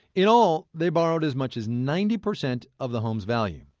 in all, they borrowed as much as ninety percent of the home's value.